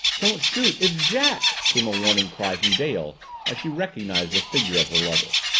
don't shoot it's jack! came a warning cry from dale as she recognized the figure of her lover.